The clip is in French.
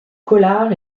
collard